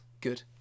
Good